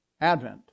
Advent